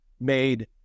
made